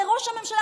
אלא לראש הממשלה,